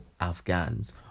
Afghans